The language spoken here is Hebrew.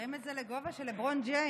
הרים את זה לגובה של לברון ג'יימס.